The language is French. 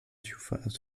surface